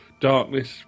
darkness